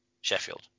Sheffield